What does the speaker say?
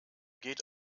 geht